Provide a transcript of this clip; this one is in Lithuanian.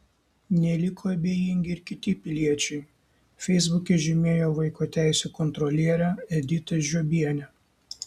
neliko abejingi ir kiti piliečiai feisbuke žymėjo vaiko teisių kontrolierę editą žiobienę